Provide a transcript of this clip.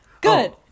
Good